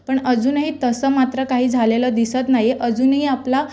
पण अजूनही तसं मात्र काही झालेलं दिसत नाही अजूनही आपला